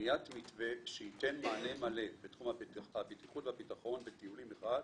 ובניית מתווה שייתן מענה מלא בתחום הבטיחות והביטחון בטיולים מחד,